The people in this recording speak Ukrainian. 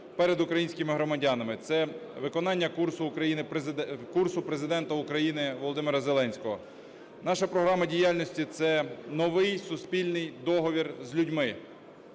перед українськими громадянами, це виконання курсу Президента України Володимира Зеленського. Наша програма діяльності – це новий суспільний договір з людьми,